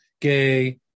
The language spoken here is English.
gay